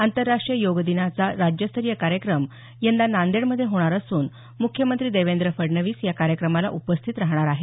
आंतरराष्ट्रीय योग दिनाचा राज्यस्तरीय कार्यक्रम यंदा नांदेडमध्ये होणार असून मुख्यमंत्री देवेंद्र फडणवीस या कार्यक्रमाला उपस्थित राहणार आहेत